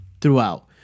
throughout